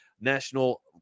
national